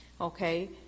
okay